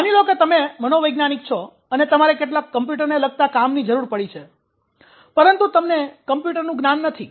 માની લો કે તમે મનોવૈજ્ઞાનિક છો અને તમારે કેટલાક કમ્પ્યુટરને લગતા કામની જરૂર પડી છે પરંતુ તમને કમ્પ્યુટરનું જ્ઞાન નથી